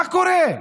מה קורה?